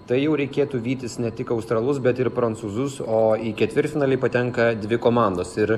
tai jau reikėtų vytis ne tik australus bet ir prancūzus o į ketvirtfinalį patenka dvi komandos ir